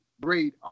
great